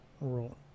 rule